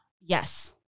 Yes